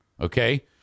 Okay